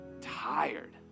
tired